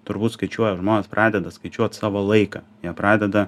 turbūt skaičiuoja žmonės pradeda skaičiuot savo laiką jie pradeda